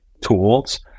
tools